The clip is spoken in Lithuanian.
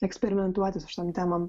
eksperimentuoti su šitom temom